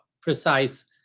precise